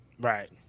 Right